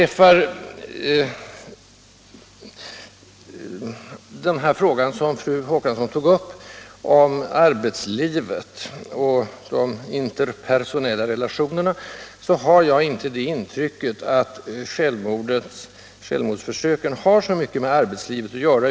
Fru Håkansson tog upp betydelsen av arbetslivet och de interpersonella relationerna. Jag har nog inte det intrycket att självmordsförsöken har så mycket med arbetslivet att göra.